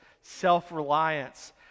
self-reliance